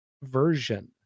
Version